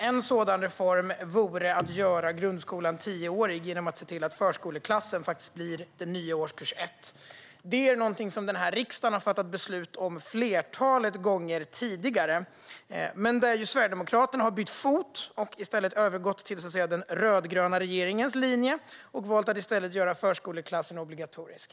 En sådan reform vore att göra grundskolan tioårig genom att se till att förskoleklassen faktiskt blev den nya årskurs 1. Det är någonting denna riksdag har fattat beslut om ett flertal gånger tidigare, men där har Sverigedemokraterna bytt fot. Man har gått på den rödgröna regeringens linje och valt att i stället göra förskoleklassen obligatorisk.